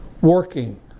working